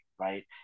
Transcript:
right